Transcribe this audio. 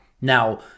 Now